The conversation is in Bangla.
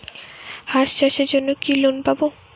হাঁস চাষের জন্য কি লোন পাব?